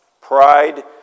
Pride